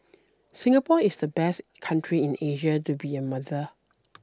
Singapore is the best country in Asia to be a mother